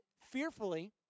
fearfully